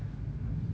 what what what again